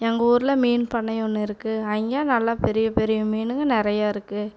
எங்கள் ஊர்ல மீன் பண்ணை ஒன்று இருக்குது அங்கே நல்லா பெரிய பெரிய மீனுங்கள் நிறையா இருக்குது